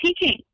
teaching